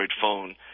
phone